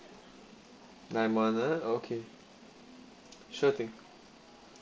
lime order okay sure thing